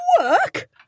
Work